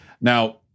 now